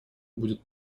будет